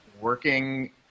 working